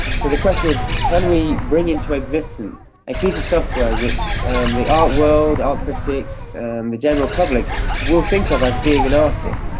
so the question is can we bring into existence a piece of software which the art world, art critics and the general public will think of as being an artist.